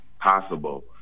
possible